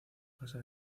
casa